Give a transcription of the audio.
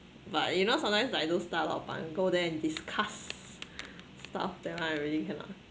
but you know sometimes like those 大老板 go there and discuss stuff then I really cannot